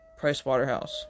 Pricewaterhouse